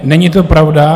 Není to pravda.